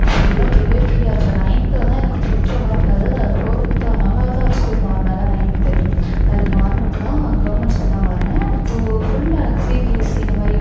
ஃபுல்லா பிடிக்கவே பிடிக்காது அப்புறம் நையன்த்தில் தான் எனக்கு பிடிச்ச மாதிரி அதாவது ஃபோர்த்தாக நாலாவதா ஒரு ஸ்கூல் மாறினேன் அதுதான் நையன்த்து அதில் மாறினப்போ தான் கவர்ன்மென்ட் ஸ்கூல் தான் மாறினேன் அப்போது ஃபுல்லாக எனக்கு சிபிஎஸ்சி இந்தமாதிரி